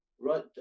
Right